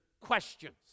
questions